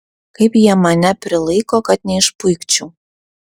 kaip jie mane prilaiko kad neišpuikčiau